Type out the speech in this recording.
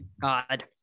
God